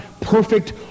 perfect